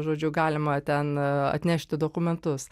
žodžiu galima ten atnešti dokumentus